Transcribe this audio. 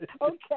Okay